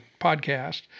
podcast